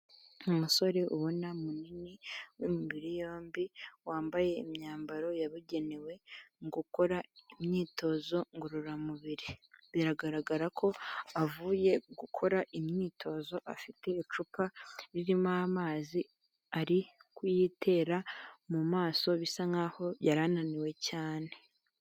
Umusore ubona munini w'imibiri yombi wambaye imyambaro yabugenewe mu gukora imyitozo ngororamubiri. Biragaragara ko avuye gukora imyitozo, afite icupa ririmo amazi ari kuyitera mu maso bisa nk'aho yari ananiwe cyane.